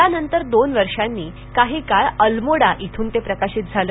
त्यानंतर दोन वर्षांनी काही काळ अल्मोडा इथून ते प्रकाशित झालं